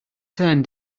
turn